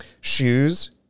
shoes